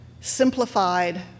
simplified